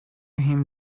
him